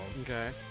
Okay